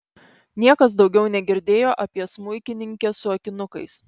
niekas daugiau negirdėjo apie smuikininkę su akinukais